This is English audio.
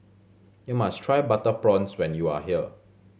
you must try butter prawns when you are here